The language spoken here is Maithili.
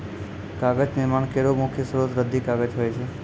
कागज निर्माण केरो मुख्य स्रोत रद्दी कागज होय छै